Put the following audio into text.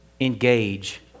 Engage